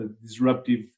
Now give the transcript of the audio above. disruptive